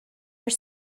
are